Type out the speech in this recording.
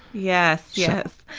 yes, yes,